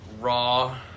Raw